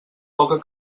poca